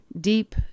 deep